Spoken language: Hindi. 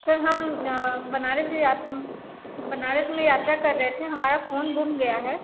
सर हम बनारस में यात्रा कर रहे थे हमारा फ़ोन गुम गया है